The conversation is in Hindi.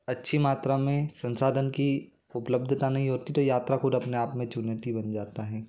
अच्छी मात्रा में संसाधन की उपलब्धता नहीं होती तो यात्रा ख़ुद अपने आप में चुनौती बन जाती है